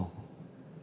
oh